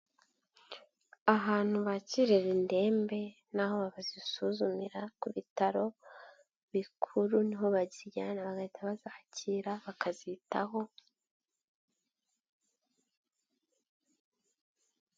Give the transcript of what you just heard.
Ahantu bakirira indembe n'aho bazisuzumira ku bitaro bikuru ni ho bazijyana bagahita bazakira bakazitaho.